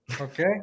Okay